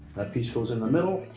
piece goes in the middle,